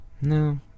No